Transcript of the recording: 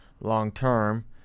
long-term